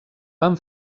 van